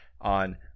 on